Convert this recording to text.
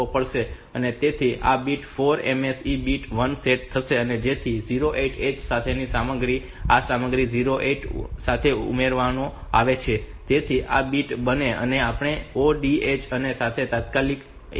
તેથી આ bit 4 MSE bit 1 પર સેટ થશે જેથી 08h સાથેની સામગ્રી આ સામગ્રી 08h સાથે ઉમેરવામાં આવે છે જેથી આ બીટ બને અને પછી આપણે 0DH સાથે તાત્કાલિક ANI કરીએ છીએ